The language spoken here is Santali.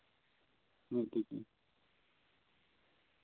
ᱦᱩᱸ ᱴᱷᱤᱠ ᱜᱮᱭᱟ